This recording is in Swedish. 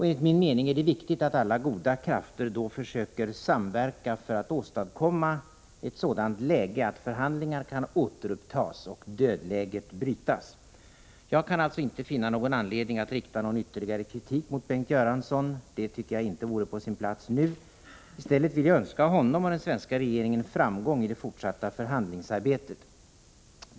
Enligt min mening är det viktigt att alla goda krafter då försöker samarbeta för att åstadkomma ett sådant läge att förhandlingar kan återupptas och dödläget brytas. Jag kan alltså inte finna någon anledning att rikta någon ytterligare kritik mot Bengt Göransson. Det tycker jag inte vore på sin plats nu. I stället vill jag önska honom och den svenska regeringen framgång i det fortsatta förhandlingsarbetet.